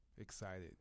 excited